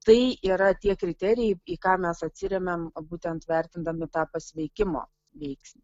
tai yra tie kriterijai į ką mes atsiremiam būtent vertindami tą pasveikimo veiksnį